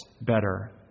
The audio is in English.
better